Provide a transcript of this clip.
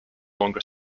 longer